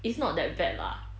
it's not that bad lah